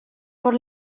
por